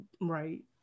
Right